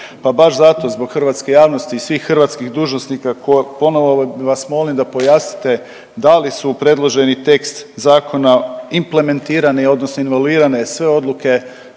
Pa baš zato zbog hrvatske javnosti i svih hrvatskih dužnosnika koje ponovo vas da pojasnite, da li su u predloženi tekst zakona implementirane odnosno involvirane sve odluke,